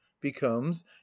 becomes